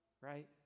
right